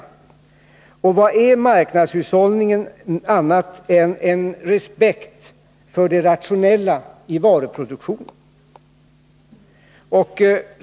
Och vad är marknadshushållningen annat än en respekt för det rent rationella i varuproduktionen?